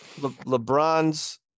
LeBron's